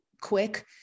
quick